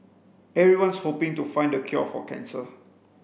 everyone's hoping to find the cure for cancer